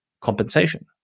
compensation